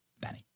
Benny